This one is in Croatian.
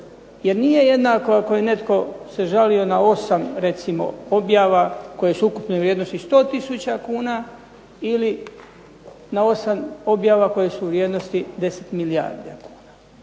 jer nije jednako ako je netko se žalio na 8 recimo objava koje su ukupne vrijednosti 100 tisuća kuna ili na 8 objava koje su u vrijednosti 10 milijarda kuna.